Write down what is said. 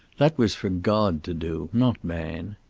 that was for god to do, not man.